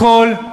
הכול,